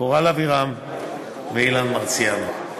קורל אבירם ואילן מרסיאנו.